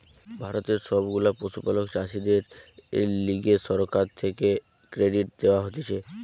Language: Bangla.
ভারতের সব গুলা পশুপালক চাষীদের লিগে সরকার থেকে ক্রেডিট দেওয়া হতিছে